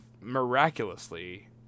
miraculously